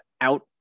out